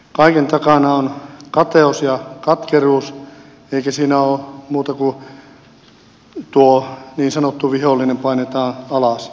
kaiken takana on kateus ja katkeruus eikä siinä ole muuta kuin että tuo niin sanottu vihollinen joka on työnantaja painetaan alas